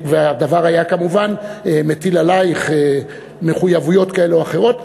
והדבר היה כמובן מטיל עלייך מחויבויות כאלה או אחרות.